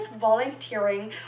volunteering